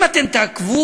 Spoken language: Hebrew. אם אתם תעקבו,